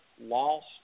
lost –